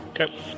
okay